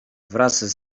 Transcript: wraz